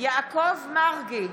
יעקב מרגי,